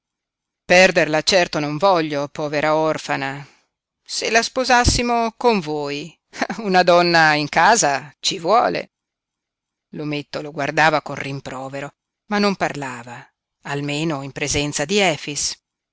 ragazza perderla certo non voglio povera orfana se la sposassimo con voi una donna in casa ci vuole l'ometto lo guardava con rimprovero ma non parlava almeno in presenza di efix